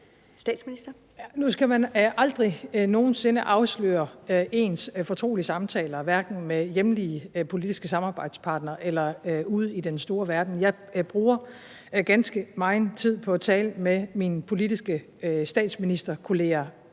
Nu skal man aldrig nogen sinde afsløre ens fortrolige samtaler, hverken med hjemlige politiske samarbejdspartnere eller ude i den store verden. Jeg bruger ganske megen tid på at tale med mine politiske statsministerskollegaer